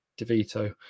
DeVito